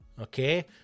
okay